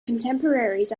contemporaries